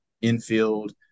infield